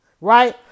right